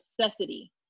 necessity